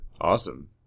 Awesome